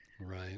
right